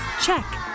Check